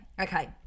okay